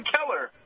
Keller